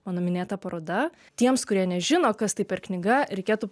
mano minėta paroda tiems kurie nežino kas tai per knyga reikėtų